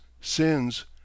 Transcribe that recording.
sins